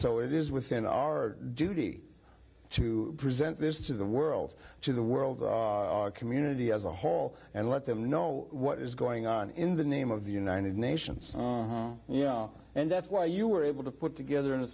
so it is within our duty to present this to the world to the world community as a whole and let them know what is going on in the name of the united nations you know and that's why you were able to put together in a